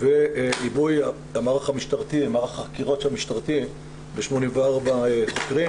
ועיבוי מערך החקירות המשטרתי ב-84 חוקרים